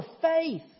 faith